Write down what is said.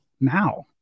now